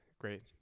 great